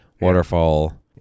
waterfall